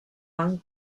langue